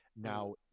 Now